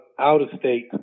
out-of-state